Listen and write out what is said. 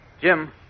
Jim